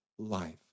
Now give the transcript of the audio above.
Life